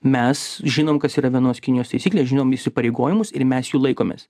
mes žinom kas yra vienos kinijos taisyklė žinom įsipareigojimus ir mes jų laikomės